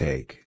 Take